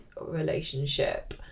relationship